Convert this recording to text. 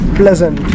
pleasant